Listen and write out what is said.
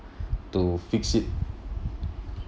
to fix it